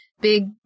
big